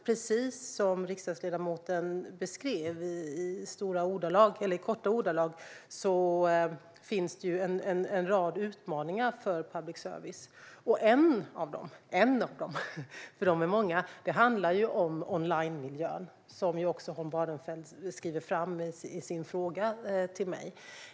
Precis som riksdagsledamoten beskrev i korta ordalag finns det en rad utmaningar för public service. En av dem - de är många - handlar om onlinemiljön, som Holm Barenfeld skriver om i sin fråga till mig.